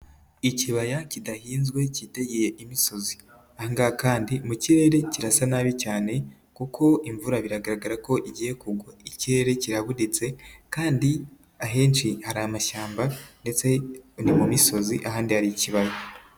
Ikibaya kidahinzwe kitegeye imisozi aha ngaha kandi mu kirere kirasa nabi cyane kuko imvura biragaragara ko igiye kugwa, ikirere kirabuditse kandi ahenshi hari amashyamba ndetse no mu misozi ahandi hari ikibaya.